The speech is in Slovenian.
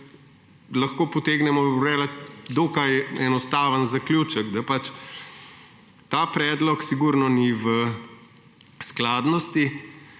lahko potegnemo dokaj enostaven zaključek, da pač ta predlog sigurno ni v skladnosti